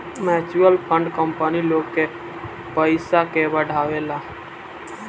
mutual fund company लोग के पयिसा के बढ़ावेला